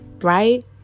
right